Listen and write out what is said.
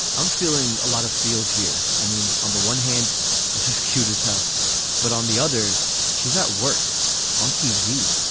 i'm feeling a lot of feels here i mean on the one hand this is cute as hell but on the other she's at work on tv.